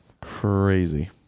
Crazy